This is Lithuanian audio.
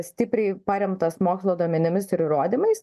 stipriai paremtas mokslo duomenimis ir įrodymais